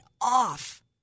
off